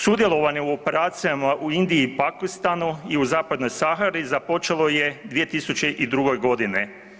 Sudjelovanje u operacijama u Indiji, Pakistanu i u Zapadnoj Sahari počelo je 2002. godine.